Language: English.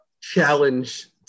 challenge